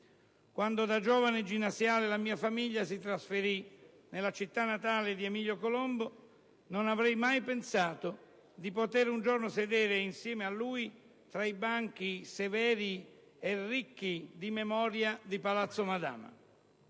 Quando da giovane ginnasiale la mia famiglia si trasferì nella città natale di Emilio Colombo non avrei mai pensato di poter un giorno sedere insieme a lui tra i banchi severi e ricchi di memoria di Palazzo Madama.